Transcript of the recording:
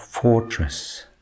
fortress